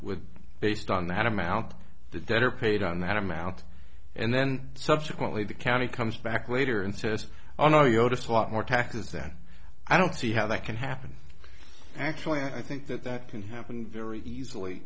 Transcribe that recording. with based on that amount the debtor paid on that amount and then subsequently the county comes back later and says oh no you noticed a lot more taxes than i don't see how that can happen actually i think that that can happen very easily